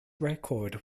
record